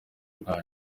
rwanyu